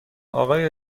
آقای